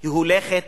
היא הולכת